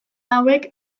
hauek